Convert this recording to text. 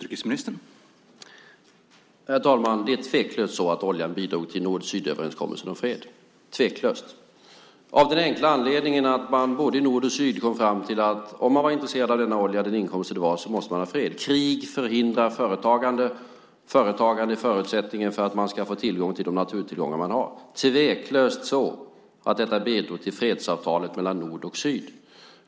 Herr talman! Det är tveklöst så att oljan bidrog till nord-syd-överenskommelsen om fred. Det är tveklöst, av den enkla anledningen att man både i nord och syd kom fram till att om man var intresserad av denna olja och den inkomst det var måste man ha fred. Krig förhindrar företagande. Företagande är förutsättningen för att man ska få tillgång till de naturtillgångar man har. Det är tveklöst så att detta bidrog till fredsavtalet mellan nord och syd.